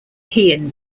heian